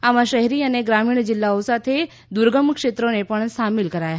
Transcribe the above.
આમાં શહેરી અને ગ્રામીણ જિલ્લાઓ સાથે દુર્ગમ ક્ષેત્રોને પણ સામેલ કરાયા